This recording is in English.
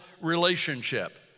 relationship